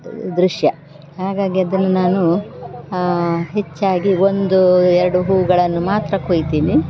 ದ್ ದೃಶ್ಯ ಹಾಗಾಗಿ ಅದನ್ನು ನಾನು ಹೆಚ್ಚಾಗಿ ಒಂದು ಎರಡು ಹೂಗಳನ್ನು ಮಾತ್ರ ಕೊಯ್ತೀನಿ